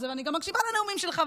אני גם מקשיבה לנאומים שלך.